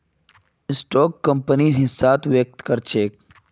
stock कंपनीर हिस्साक व्यक्त कर छेक